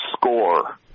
score